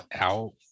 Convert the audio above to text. out